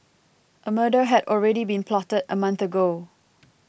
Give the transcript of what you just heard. a murder had already been plotted a month ago